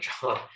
job